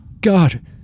god